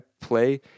play